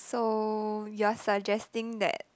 so you're suggesting that